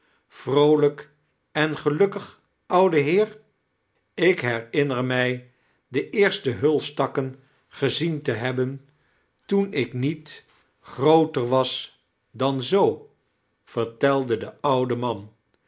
vroolijk en gelukkig oude heer ik herinner mij de eerste hulsttakken gezien te hebben toen ik niet grooter was dan zoo vertelde de oude man